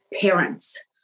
parents